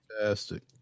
fantastic